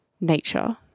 nature